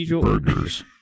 burgers